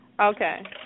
Okay